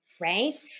right